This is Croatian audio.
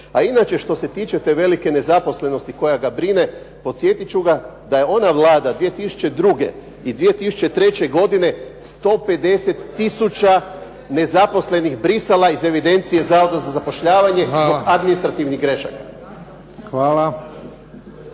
A inače što se tiče te velike nezaposlenosti koja ga brine, podsjetit ću ga da je ona Vlada 2002. i 2003. godine 150 tisuća nezaposlenih brisala iz evidencije Zavoda za zapošljavanje zbog administrativnih grešaka.